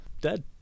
dead